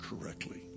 correctly